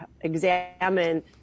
examine